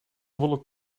wollen